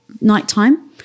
nighttime